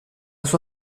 sua